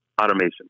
automation